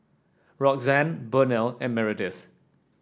Roxanne Burnell and Meredith